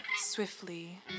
swiftly